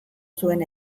zuen